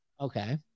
Okay